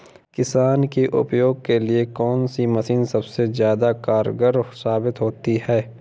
किसान के उपयोग के लिए कौन सी मशीन सबसे ज्यादा कारगर साबित होती है?